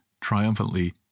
triumphantly